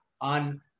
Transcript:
on